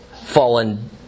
fallen